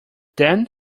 then